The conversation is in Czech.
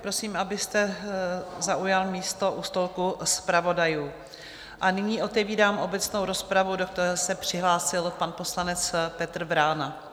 Prosím, abyste zaujal místo u stolku zpravodajů, a nyní otevírám obecnou rozpravu, do které se přihlásil pan poslanec Petr Vrána.